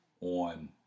on